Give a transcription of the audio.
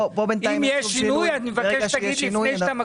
אם יש שינוי, אני מבקש שתגיד לפני שאתה מקריא.